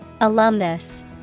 Alumnus